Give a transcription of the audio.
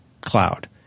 cloud